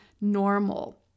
normal